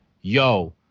yo